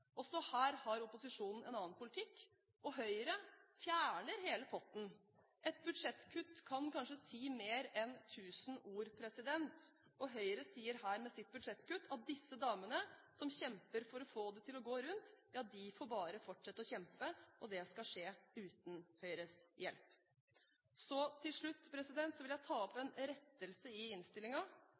Også her har opposisjonen en annen politikk. Høyre fjerner hele potten. Et budsjettkutt kan kanskje si mer enn tusen ord, og Høyre sier her med sitt budsjettkutt at disse damene, som kjemper for å få det til å gå rundt, får bare fortsette å kjempe – og det skal skje uten Høyres hjelp. Så til slutt vil jeg ta opp en rettelse i